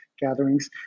gatherings